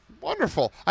wonderful